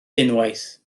unwaith